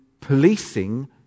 policing